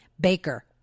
Baker